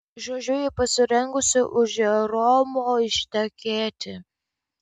žodžiu ji pasirengusi už džeromo ištekėti